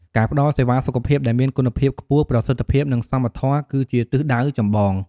ការផ្តល់សេវាសុខភាពដែលមានគុណភាពខ្ពស់ ប្រសិទ្ធភាព និងសមធម៌គឺជាទិសដៅចម្បង។